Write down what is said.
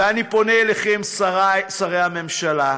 ואני פונה אליכם, שרי הממשלה: